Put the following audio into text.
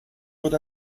wird